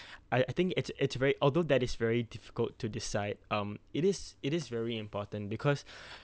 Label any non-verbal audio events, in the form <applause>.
<breath> I I think it's it's very although that is very difficult to decide um it is it is very important because <breath>